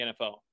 NFL